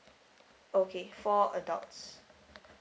okay four adults